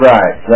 Right